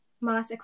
mass